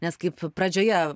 nes kaip pradžioje